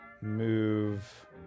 move